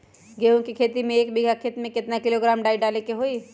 गेहूं के खेती में एक बीघा खेत में केतना किलोग्राम डाई डाले के होई?